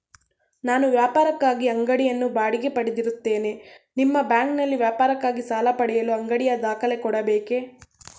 ನಾನು ವ್ಯಾಪಾರಕ್ಕಾಗಿ ಅಂಗಡಿಯನ್ನು ಬಾಡಿಗೆ ಪಡೆದಿರುತ್ತೇನೆ ನಿಮ್ಮ ಬ್ಯಾಂಕಿನಲ್ಲಿ ವ್ಯಾಪಾರಕ್ಕಾಗಿ ಸಾಲ ಪಡೆಯಲು ಅಂಗಡಿಯ ದಾಖಲೆ ಕೊಡಬೇಕೇ?